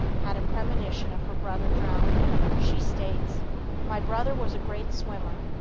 had a premonition of her brother drowning. she states my brother was a great swimmer.